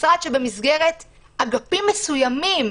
משרד שבמסגרת אגפים מסוימים,